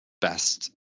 best